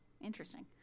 interesting